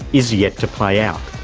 is yet to play out.